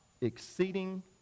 exceeding